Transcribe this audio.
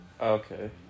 Okay